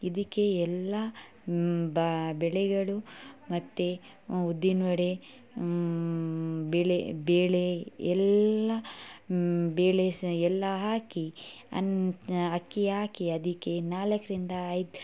ಇದಕ್ಕೆ ಎಲ್ಲ ಬ ಬೇಳೆಗಳು ಮತ್ತೆ ಉದ್ದಿನ ವಡೆ ಬೇಳೆ ಬೇಳೆ ಎಲ್ಲ ಬೇಳೆ ಎಲ್ಲ ಹಾಕಿ ಅನ್ ಅಕ್ಕಿ ಹಾಕಿ ಅದಕ್ಕೆ ನಾಲ್ಕರಿಂದ ಐದು